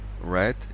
right